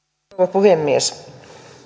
puhemies